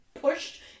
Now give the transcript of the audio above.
pushed